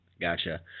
Gotcha